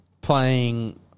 playing